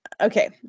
Okay